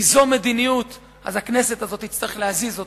ליזום מדיניות, אז הכנסת הזו תצטרך להזיז אותה.